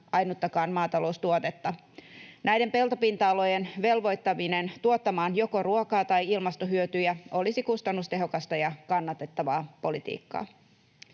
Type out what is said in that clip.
ainuttakaan maataloustuotetta. Näiden peltopinta-alojen velvoittaminen tuottamaan joko ruokaa tai ilmastohyötyjä olisi kustannustehokasta ja kannatettavaa politiikkaa.